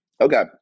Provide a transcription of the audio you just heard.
Okay